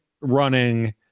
running